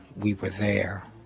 we were there